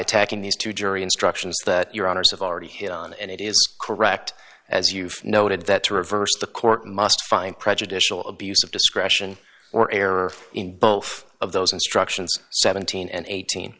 attacking these two jury instructions that your honors have already hit on and it is correct as you noted that to reverse the court must find prejudicial abuse of discretion or error in both of those instructions seventeen and eighteen